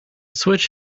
switch